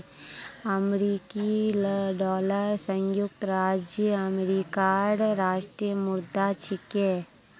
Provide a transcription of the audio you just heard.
अमेरिकी डॉलर संयुक्त राज्य अमेरिकार राष्ट्रीय मुद्रा छिके